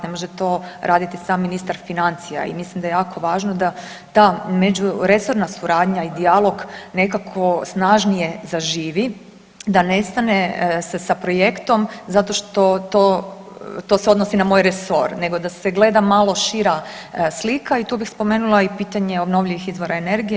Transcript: Ne može to raditi sam ministar financija, i mislim da je jako važno da ta međuresorna suradnja i dijalog, nekako snažnije zaživi, da nestane se sa projektom zato što, to se odnosi na moj resor, nego da se gleda malo šira slika i tu bih spomenula i pitanje obnovljivih izvora energije.